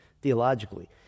theologically